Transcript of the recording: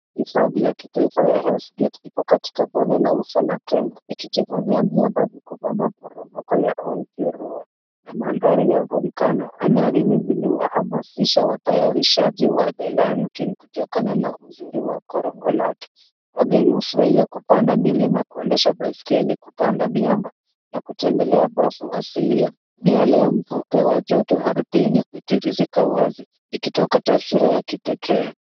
Hifadhi ya kitaifa ya hells gate ipo katika bonde la ufa la kenya. Ikijivunia miamba mikubwa, maporomoko ya ol jorol na mandhari ya volkano. Eneo hili liliwahamasisha watayarishaji wa the lion king kutokana na uzuri wa korongo lake. Wageni hufurahia kupanda milima, kuendesha baiskeli, kupanda miamba na kutembelea bafu asilia. Miale ya mvuke wa joto ardhini hutiririka wazi ikitoka taswira ya kipekee.